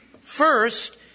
First